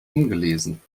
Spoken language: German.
ungelesen